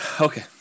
okay